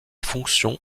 fonction